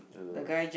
uh